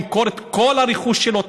הוא ימכור את כל הרכוש שלו,